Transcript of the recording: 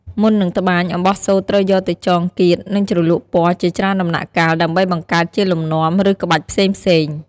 មុននឹងត្បាញ អំបោះសូត្រត្រូវយកទៅចងគាត និងជ្រលក់ពណ៌ជាច្រើនដំណាក់កាល ដើម្បីបង្កើតជាលំនាំ ឬក្បាច់ផ្សេងៗ។